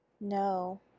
No